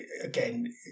again